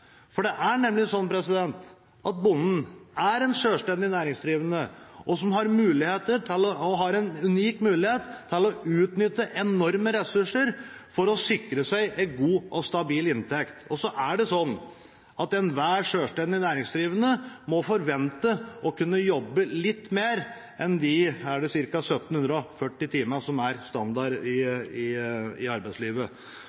For det er nemlig sånn at bonden er sjølstendig næringsdrivende og har en unik mulighet til å utnytte enorme ressurser for å sikre seg en god og stabil inntekt. Så må enhver sjølstendig næringsdrivende forvente å kunne jobbe litt mer enn de ca. 1 740 timene som er standard i